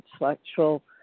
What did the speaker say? intellectual